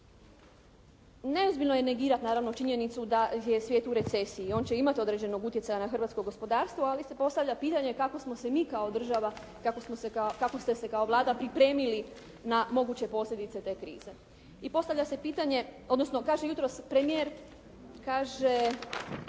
Neozbiljno je negirati naravno činjenicu da je svijet u recesiji. On će imati određenog utjecaja na hrvatsko gospodarstvo, ali se postavlja pitanje kako smo se mi kao država, kako ste se kao Vlada pripremili na moguće posljedice te krize. I postavlja se pitanje, odnosno kaže jutros premijer, kaže